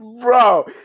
Bro